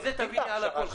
מזה תביני על הכול.